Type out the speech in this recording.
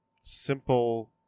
simple